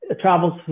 travels